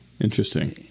interesting